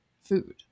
food